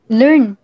learn